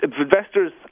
Investors